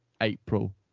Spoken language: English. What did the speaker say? April